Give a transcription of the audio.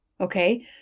Okay